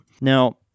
Now